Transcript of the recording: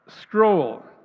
scroll